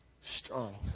strong